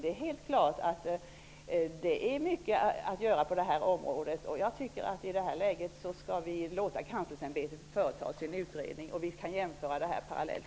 Det är helt klart att det är mycket att göra på det här området. I det här läget tycker jag dock att vi skall låta kanslersämbetet slutföra sin utredning, så att vi kan jämföra det hela parallellt.